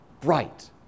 bright